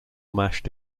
mashed